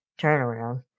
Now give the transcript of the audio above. turnaround